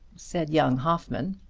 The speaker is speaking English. said young hoffmann.